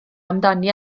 amdani